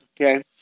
Okay